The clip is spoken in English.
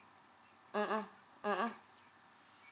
mmhmm mmhmm